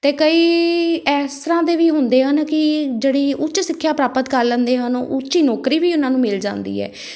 ਅਤੇ ਕਈ ਇਸ ਤਰ੍ਹਾਂ ਦੇ ਵੀ ਹੁੰਦੇ ਹਨ ਕਿ ਜਿਹੜੀ ਉੱਚ ਸਿੱਖਿਆ ਪ੍ਰਾਪਤ ਕਰ ਲੈਂਦੇ ਹਨ ਉੱਚੀ ਨੌਕਰੀ ਵੀ ਉਹਨਾਂ ਨੂੰ ਮਿਲ ਜਾਂਦੀ ਹੈ